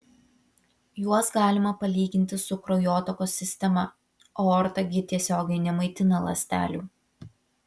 juos galima palyginti su kraujotakos sistema aorta gi tiesiogiai nemaitina ląstelių